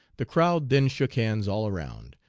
the crowd then shook hands all around,